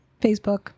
facebook